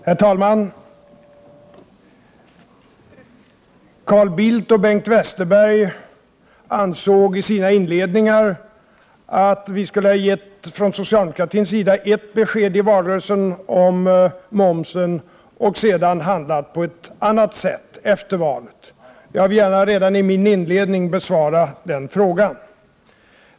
Herr talman! Carl Bildt och Bengt Westerberg sade i sina inledningsanföranden att de ansåg att socialdemokratin i valrörelsen hade gett ett besked om momsen och sedan handlat på ett annat sätt efter valet. Jag vill redan i min inledning kommentera detta.